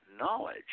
knowledge